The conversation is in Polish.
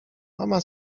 mama